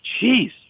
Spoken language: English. jeez